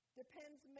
depends